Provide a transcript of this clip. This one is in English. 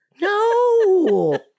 No